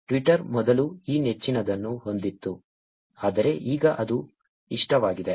Twitter ಮೊದಲು ಈ ನೆಚ್ಚಿನದನ್ನು ಹೊಂದಿತ್ತು ಆದರೆ ಈಗ ಅದು ಇಷ್ಟವಾಗಿದೆ